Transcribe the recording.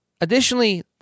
additionally